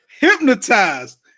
hypnotized